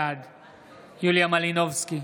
בעד יוליה מלינובסקי,